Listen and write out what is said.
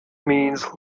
means